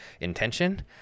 intention